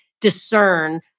discern